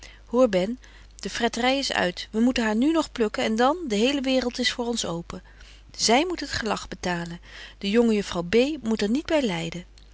hoor ben de frettery is uit wy moeten haar nu nog plukken en dan de hele waereld is voor ons open zy moet het gelag betalen de jonge juffrouw b moet er niet by lyden